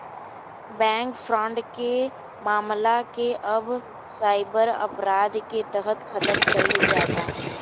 bank fraud के मामला के अब साइबर अपराध के तहत खतम कईल जाता